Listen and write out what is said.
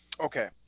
Okay